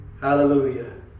Hallelujah